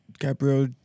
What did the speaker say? Gabriel